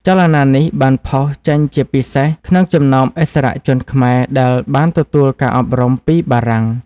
ចលនានេះបានផុសចេញជាពិសេសក្នុងចំណោមឥស្សរជនខ្មែរដែលបានទទួលការអប់រំពីបារាំង។